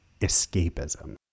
escapism